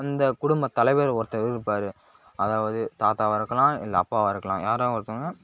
அந்த குடும்பத் தலைவர் ஒருத்தர் இருப்பார் அதாவது தாத்தாவாக இருக்கலாம் இல்லை அப்பாவாக இருக்கலாம் யாராக ஒருத்தவங்க